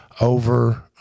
over